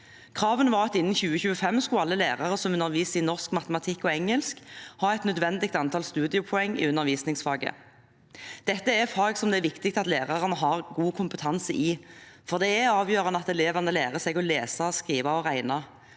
Kravene var at innen 2025 skulle alle lærere som underviser i norsk, matematikk og engelsk, ha et nødvendig antall studiepoeng i undervisningsfaget. Dette er fag som det er viktig at lærerne har god kompetanse i, for det er avgjørende at elevene lærer seg å lese, skrive og regne